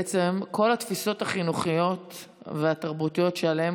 בעצם כל התפיסות החינוכיות והתרבותיות שעליהן